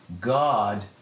God